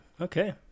Okay